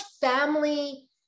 family